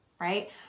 right